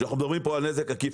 שאנחנו מדברים פה על נזק עקיף,